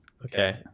Okay